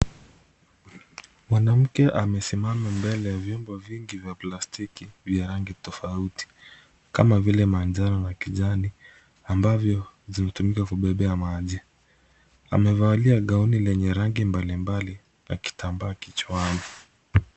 Mwanamke amesimama mbele ya vyombo vingi vya plastiki vya rangi tofauti kama vile manjano na kijani, ambavyo zinatumika kubebea maji. Amevalia gauni lenye rangi mbalimbali na kitambaa kichwani.